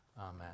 Amen